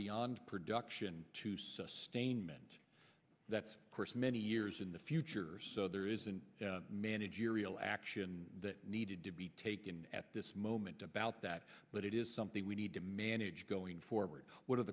beyond production to sustainment that course many years in the future so there isn't managerial action that needed to be taken at this moment about that but it is something we need to manage going forward what are